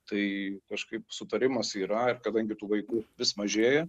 tai kažkaip sutarimas yra ir kadangi tų vaikų vis mažėja